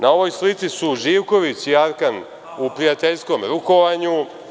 Na ovoj slici su Živković i Arkan u prijateljskom rukovanju.